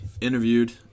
interviewed